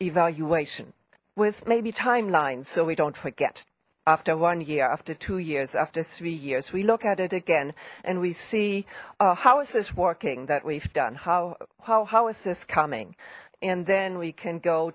evaluation with maybe timelines so we don't forget after one year after two years after three years we look at it again and we see houses working that we've done how how how is this coming and then we can go